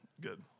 Good